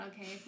okay